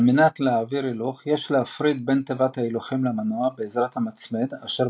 על מנת להעביר הילוך יש להפריד בין תיבת ההילוכים למנוע בעזרת המצמד אשר